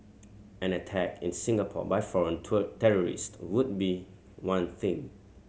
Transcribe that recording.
an attack in Singapore by foreign terrorist would be one thing